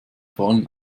fahnen